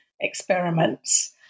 experiments